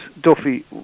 duffy